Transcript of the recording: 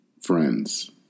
friends